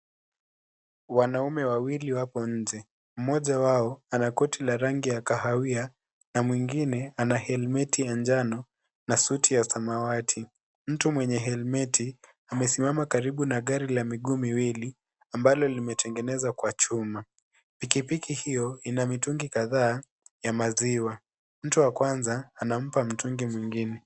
Wanaume wawili wapo nje. Mmoja wao ana koti la rangi ya kahawia na mwingine ana helmeti ya njano na suti ya samawati. Mtu mwenye helmeti amesimama karibu na gari la miguu miwili ambalo limetengeneza kwa chuma. Pikipiki hiyo ina mitungi kadhaa ya maziwa. Mtu wa kwanza anampa mtungi mwingine.